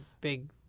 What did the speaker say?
big